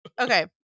Okay